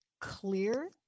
clear